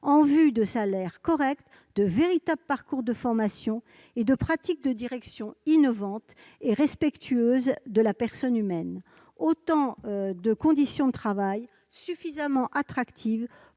secteur des salaires corrects et de véritables parcours de formation, mettre en oeuvre des pratiques de direction innovantes et respectueuses de la personne humaine. Des conditions de travail suffisamment attractives